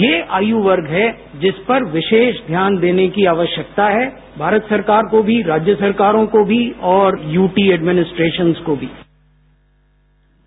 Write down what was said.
ये आयु वर्ग है इस पर विरोष ध्यान देने की आवश्यकता है भारत सरकार को मी राज्य सरकारों को मी और यूटी एडमिस्ट्रेशन्स को मी